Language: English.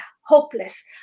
hopeless